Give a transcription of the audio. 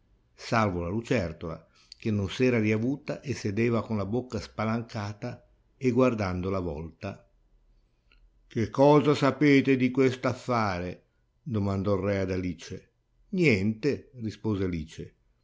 salvo la lucertola che non s'era riavuta e sedeva con la bocca spalancata e guardando la volta che cosa sapete di quest'affare domandò il re ad alice niente rispose alice